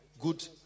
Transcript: Good